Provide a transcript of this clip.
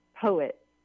poet